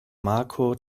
marco